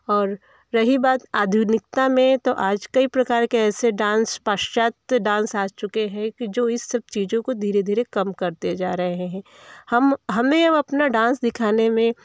और रही बात आधुनिकता में तो आज कई प्रकार के ऐसे डांस पाश्चात्य डांस आ चुके हैं कि जो इस सब चीज़ों को धीरे धीरे कम करते जा रहे हैं हम हमें अपना डांस दिखाने में